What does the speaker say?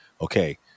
okay